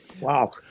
Wow